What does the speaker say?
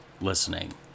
listening